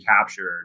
captured